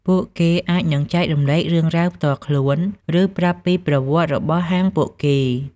ពួកគេអាចនឹងចែករំលែករឿងរ៉ាវផ្ទាល់ខ្លួន ឬប្រាប់ពីប្រវត្តិរបស់ហាងពួកគេ។